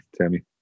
Tammy